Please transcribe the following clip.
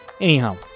Anyhow